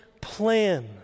plan